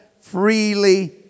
freely